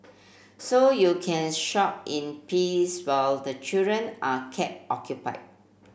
so you can shop in peace while the children are kept occupied